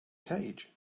cage